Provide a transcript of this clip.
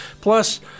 Plus